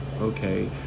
okay